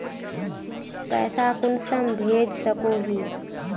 पैसा कुंसम भेज सकोही?